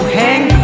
hang